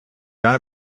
done